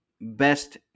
best